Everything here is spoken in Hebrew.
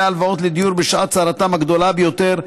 הלוואות לדיור בשעת צרתם הגדולה ביותר,